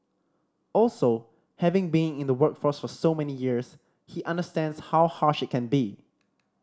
also having been in the workforce for so many years he understands how harsh it can be